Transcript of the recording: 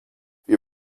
wir